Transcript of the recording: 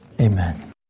Amen